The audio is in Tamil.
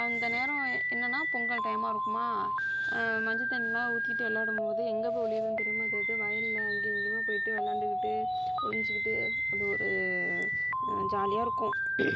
அந்த நேரம் என்னன்னா பொங்கல் டைமாக இருக்குமா மஞ்சத்தண்ணிலான் ஊற்றிட்டு விளாடும்போது எங்கே போய் ஒளியிறதுன்னு தெரியாம அது அது வயலில் அங்கேயும் இங்கேயுமா போயிவிட்டு விளாண்டுகுட்டு ஒளிஞ்சுகிட்டு அது ஒரு ஜாலியாக இருக்கும் கி